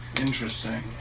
Interesting